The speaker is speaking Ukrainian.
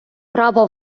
право